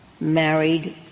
married